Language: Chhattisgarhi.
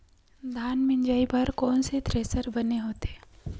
धान मिंजई बर कोन से थ्रेसर बने होथे?